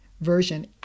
version